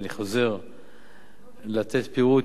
ואני חוזר לתת פירוט